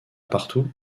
partout